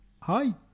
Hi